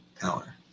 power